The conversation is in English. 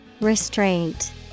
Restraint